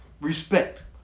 respect